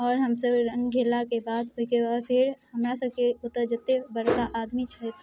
आओर हमसब रङ्ग खेललाके बाद ओहिके बाद फेर हमरासबके ओतऽ जतेक बड़का आदमी छथि